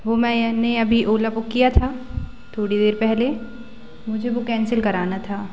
वह मैंने अभी ओला बुक किया था थोड़ी देर पहले मुझे वह कैंसिल कराना था